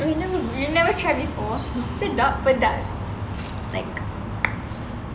you you never try before sedap pedas like